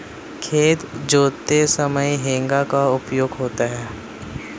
खेत जोतते समय हेंगा का उपयोग होता है